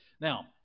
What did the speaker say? Now